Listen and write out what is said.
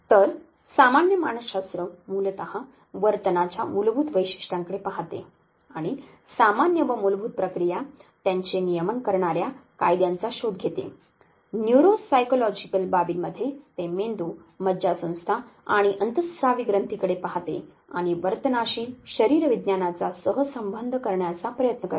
तर सामान्य मानसशास्त्र मूलत वर्तनाच्या मूलभूत वैशिष्ट्यांकडे पहाते आणि सामान्य व मूलभूत प्रक्रिया त्यांचे नियमन करणार्या कायद्यांचा शोध घेते न्यूरोसायक्लॉजिकल बाबींमध्ये ते मेंदू मज्जासंस्था आणि अंतःस्रावी ग्रंथींकडे पहाते आणि वर्तनाशी शरीरविज्ञानाचा सहसंबंध करण्याचा प्रयत्न करते